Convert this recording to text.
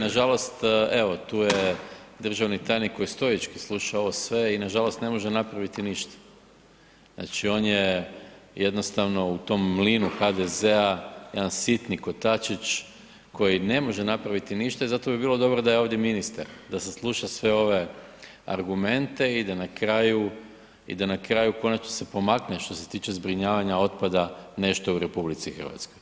Nažalost, evo tu je državni tajnik koji stojički sluša ovo sve i nažalost ne može napraviti ništa, znači on je jednostavno u tom mlinu HDZ-a, jedan sitni kotačić koji ne može napraviti ništa i zato bi bilo dobro da je ovdje ministar da sasluša sve ove argumente i da na kraju i da na kraju u konačnici se pomakne što se tiče zbrinjavanja otpada nešto u RH.